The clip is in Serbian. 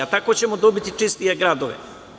Tako ćemo dobiti čistije gradove.